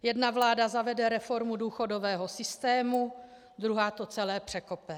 Jedna vláda zavede reformu důchodového systému, druhá to celé překope.